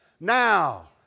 now